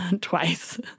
twice